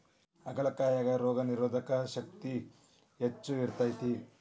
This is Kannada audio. ಹಾಗಲಕಾಯಾಗ ರೋಗನಿರೋಧಕ ಶಕ್ತಿ ಹೆಚ್ಚ ಇರ್ತೈತಿ